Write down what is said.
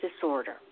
disorder